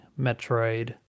Metroid